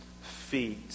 feet